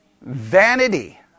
vanity